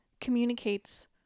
communicates